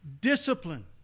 Discipline